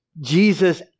Jesus